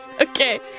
Okay